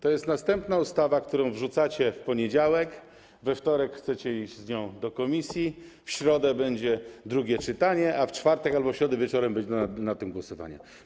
To jest następna ustawa, którą wrzucacie w poniedziałek, we wtorek chcecie iść z nią do komisji, w środę będzie drugie czytanie, a w czwartek albo w środę wieczorem odbędzie się głosowanie.